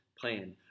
plan